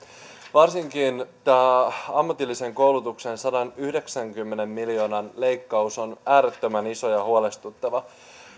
varsinkin tämä ammatillisen koulutuksen sadanyhdeksänkymmenen miljoonan leikkaus on äärettömän iso ja huolestuttava